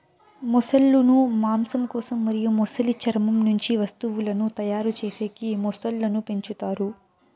మొసళ్ళ ను మాంసం కోసం మరియు మొసలి చర్మం నుంచి వస్తువులను తయారు చేసేకి మొసళ్ళను పెంచుతారు